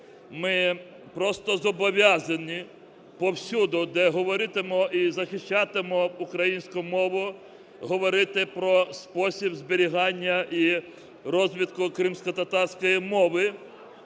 ми просто зобов'язані повсюди, де говоритимемо і захищатимемо українську мову, говорити про спосіб зберігання і розвитку кримськотатарської мови.